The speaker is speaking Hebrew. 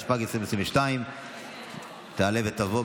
התשפ"ג 2022. תעלה ותבוא,